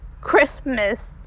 Christmas